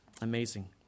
Amazing